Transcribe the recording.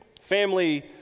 family